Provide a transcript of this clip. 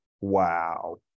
Wow